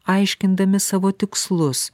aiškindami savo tikslus